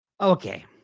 Okay